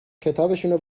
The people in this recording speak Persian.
کتابشونو